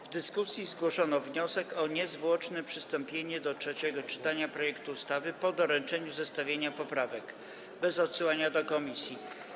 W dyskusji zgłoszono wniosek o niezwłoczne przystąpienie do trzeciego czytania projektu ustawy po doręczeniu zestawienia poprawek, bez odsyłania do komisji.